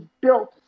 built